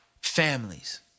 families